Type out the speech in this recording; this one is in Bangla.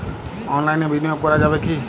অনলাইনে বিনিয়োগ করা যাবে কি?